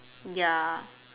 ya